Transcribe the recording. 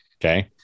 okay